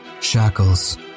Shackles